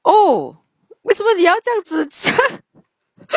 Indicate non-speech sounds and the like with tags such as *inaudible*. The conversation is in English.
oh 为什么你要这样子讲 *breath*